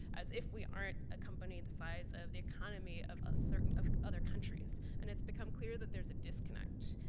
as if we aren't a company the size of the economy of ah certain of other countries, and it's become clear that there is a disconnect.